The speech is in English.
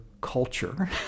culture—